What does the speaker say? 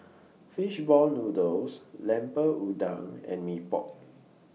Fish Ball Noodles Lemper Udang and Mee Pok